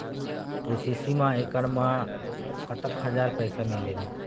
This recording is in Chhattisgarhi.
के.सी.सी मा एकड़ मा कतक हजार पैसा मिलेल?